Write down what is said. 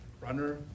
runner